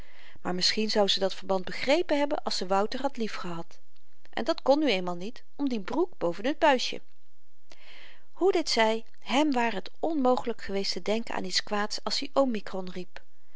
maar misschien zou ze dat verband begrepen hebben als ze wouter had liefgehad en dat kon nu eenmaal niet om dien broek boven t buisje hoe dit zy hèm ware t onmogelyk geweest te denken aan iets kwaads als i omikron riep